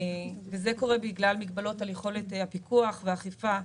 אבל זה קורה בגלל מגבלות יכולת הפיקוח והאכיפה.